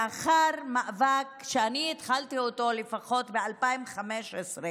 לאחר מאבק שאני התחלתי אותו לפחות ב-2015,